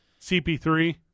CP3